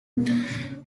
moved